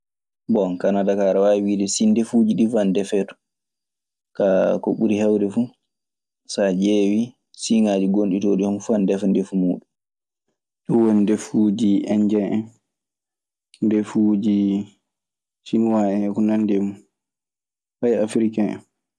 Bon, kanadaa kaa, aɗe waawi wiide sii ndeffuji ɗii ana defee ton. Kaa, ko ɓuri heewde fuu... So a ƴeewii siiŋaaji gonɗi toon ɗii, homo fuu ana defa ndefu muuɗun. Ɗun woni ndefuuji endiyen en, ndefuuji sinua en e ko anndi e mun. Fay Afriken en.